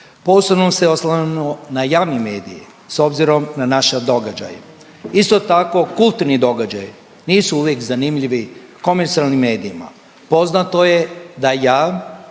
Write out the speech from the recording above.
se ne razumije./... na javni medij s obzirom na naša događaj. Isto tako, kulturni događaj nisu uvijek zanimljivi komercijalnim medijima. Poznato je da ja,